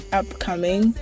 upcoming